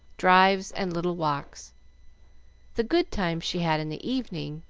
drives, and little walks the good times she had in the evening,